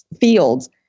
fields